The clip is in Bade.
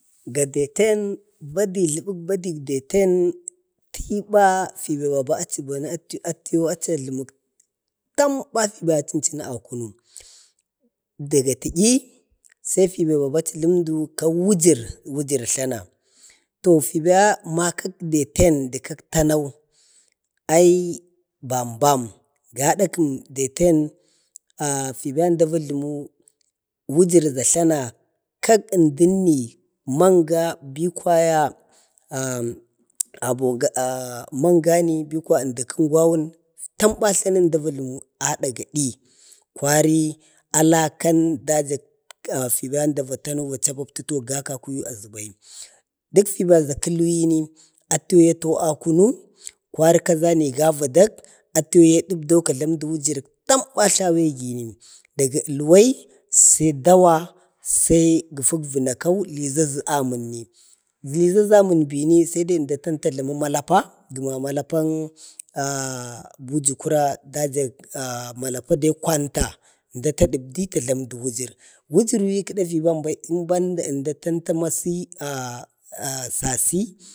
ga daten badi, jləbək bade ga daten tə'yi ba achi bana achi ba jləmu, tamba achi bana aku ənkənu daga tə'yi sai biba ba achi ajləmudu ka wujur, wujur tlana. to fiba ma kak diten də kak tanau ai bam bam gadakəm daten fiba əmda va jləmu wujur ga tlana, kak əndənni manga bi kwaya, mangani bikwaya əndakən ungwawun, tamba, tlana əmda va jləmu adak gadi, kwari alakan dajak fiba daja tanau əmda va chapapta tanau azəə bai. dək fiba kə luyini ataye te a kunu, kwari kazani ga vadak. atu ye ya dəbda ka jlamu du wujuru tamba tlawe gini, daga əlwe sai dawa, sai gəfə vənakau gizaza amənni, giza amənni bai sai dai əmda tajlami malapa, gəna malapan buji kura dajak malapa dai kwanta zmda ta dəbdi ta jlamudu wujir. wujur yi kəda fi bam bai ənda banda ənda tan ta masi sasi,